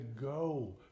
go